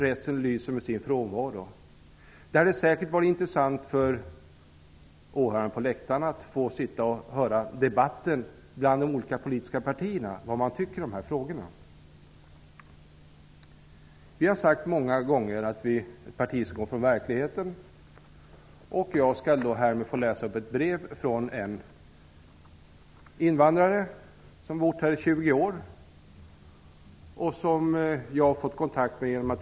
Resten lyser med sin frånvaro. Det hade säkert varit intressant för åhörarna på läktarna att höra vad de olika politiska partierna tycker i dessa frågor. Vi har många gånger sagt att vi är ett parti som utgår från verkligheten. Eftersom jag är gammal polis har jag litet kontakter. Jag får uppslag, och en del ringer till mig.